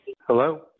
Hello